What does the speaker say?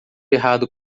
errado